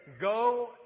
go